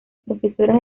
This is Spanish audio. profesora